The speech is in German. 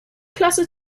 klasse